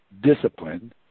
discipline